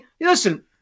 listen